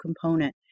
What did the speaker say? component